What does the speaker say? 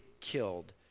killed